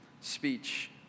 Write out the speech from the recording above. speech